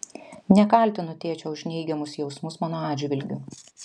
nekaltinu tėčio už neigiamus jausmus mano atžvilgiu